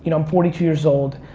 you know i'm forty two years old.